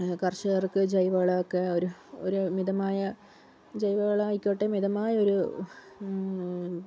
കർഷകർക്ക് ജൈവവളം ഒക്കെ ഒരു ഒരു മിതമായ ജൈവവളം ആയിക്കോട്ടെ മിതമായ ഒരു